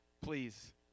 Please